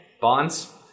bonds